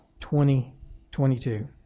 2022